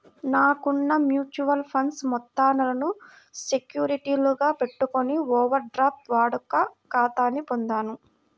నాకున్న mutual funds మొత్తాలను సెక్యూరిటీలుగా పెట్టుకొని ఓవర్ డ్రాఫ్ట్ వాడుక ఖాతాని పొందాను